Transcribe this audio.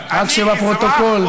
רק שבפרוטוקול,